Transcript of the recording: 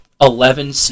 Eleven